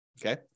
Okay